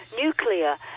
nuclear